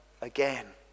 again